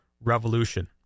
revolution